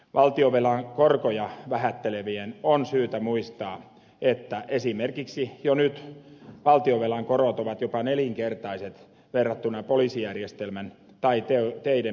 valtionvelan korkoja vähättelevien on syytä muistaa että esimerkiksi jo nyt valtionvelan korot ovat jopa nelinkertaiset verrattuna poliisijärjestelmän tai teiden perus ylläpitoon